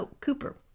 Cooper